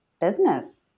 business